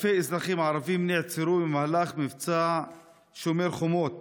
אלפי אזרחים ערבים נעצרו במהלך מבצע שומר חומות.